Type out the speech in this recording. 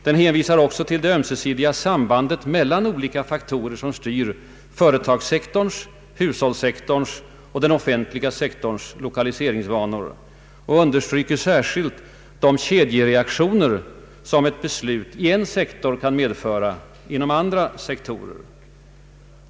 Den hänvisar också till det ömsesidiga sambandet mellan de olika faktorer som styr företagssektorns, hushållssektorns och den offentliga sektorns lokaliseringsvanor och understryker särskilt de kedjereaktioner som ett beslut i en sektor kan medföra inom andra sektorer.